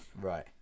Right